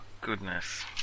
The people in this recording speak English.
goodness